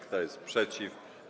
Kto jest przeciw?